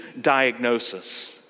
diagnosis